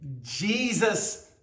Jesus